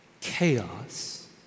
chaos